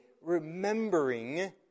remembering